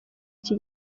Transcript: iki